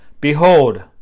Behold